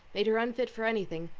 made her unfit for any thing.